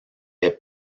est